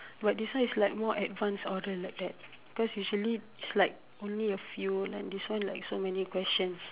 but this one is like more advanced oral like that because usually is like only a few and this one like so many questions